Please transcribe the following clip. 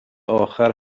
آخر